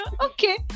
okay